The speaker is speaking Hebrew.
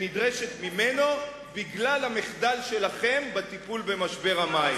שנדרשת ממנו בגלל המחדל שלכם בטיפול במשבר המים.